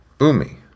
Umi